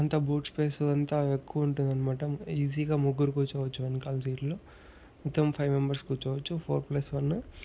అంతా boot space అంతా ఎక్కువుటుందన్నమాట ఈజీ గా ముగ్గురు కూర్చోవచ్చు వెనకాల సీట్ లో మొత్తం ఫైవ్ మెంబర్స్ కూర్చోవచ్చు ఫోర్ ప్లస్ వన్ను